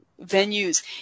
venues